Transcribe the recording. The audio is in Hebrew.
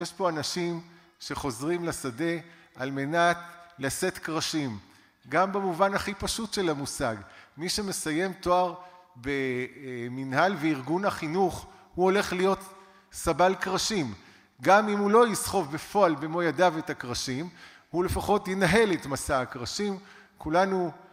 יש פה אנשים שחוזרים לשדה על מנת לשאת קרשים גם במובן הכי פשוט של המושג מי שמסיים תואר במנהל וארגון החינוך הוא הולך להיות סבל קרשים גם אם הוא לא יסחוב בפועל במו ידיו את הקרשים הוא לפחות ינהל את מסע הקרשים כולנו